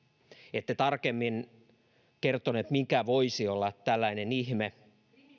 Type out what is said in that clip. ette tarkemmin kertonut mikä voisi olla tällainen ihme